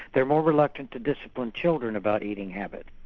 they're more reluctant to discipline children about eating habits.